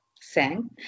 sang